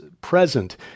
present